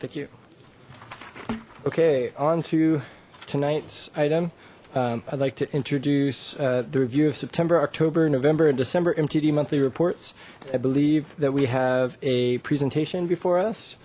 thank you okay on to tonight's item i'd like to introduce the review of september october november and december mtd monthly reports i believe that we have a presentation